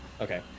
Okay